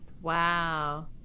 Wow